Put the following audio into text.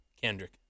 Kendrick